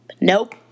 Nope